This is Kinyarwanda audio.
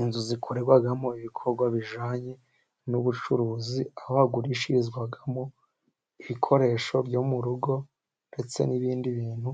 Inzu zikorerwagamo ibikorwa bijyanye n'ubucuruzi, aho hagurishirizwamo ibikoresho byo mu rugo ndetse n'ibindi bintu